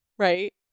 right